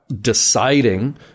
deciding